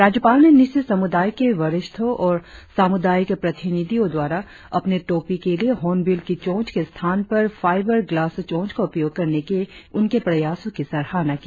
राज्यपाल ने न्यीशी समुदाय के वरिष्ठों और सामुदायिक प्रतिनिधियों द्वारा अपने टोपी के लिए हार्नबिल की चोंच के स्थान पर फाइबल ग्लास चोंच का उपयोग करने के उनके प्रयासों की सराहना की